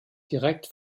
direkt